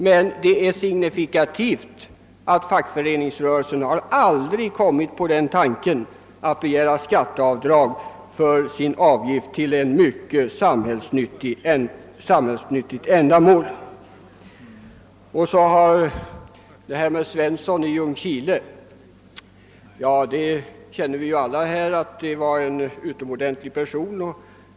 Men det är signifikativt att fackföreningsrörelsen aldrig kommit på den tanken att begära skatteavdrag för sina avgifter till ett mycket samhällsnyttigt ändamål. Alla vet vi att herr Svensson i Ljungskile är en utomordentlig människa.